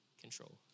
control